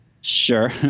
Sure